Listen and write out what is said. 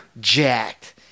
jacked